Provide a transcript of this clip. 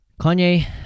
Kanye